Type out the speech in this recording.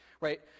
right